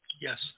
Yes